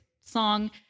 song